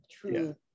true